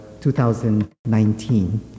2019